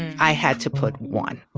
and i had to put one.